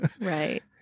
Right